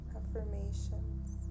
affirmations